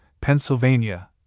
Pennsylvania